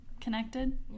connected